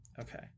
Okay